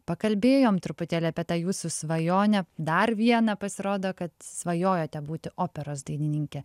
pakalbėjom truputėlį apie tą jūsų svajonę dar vieną pasirodo kad svajojote būti operos dainininke